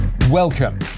Welcome